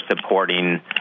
supporting